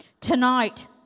Tonight